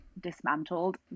dismantled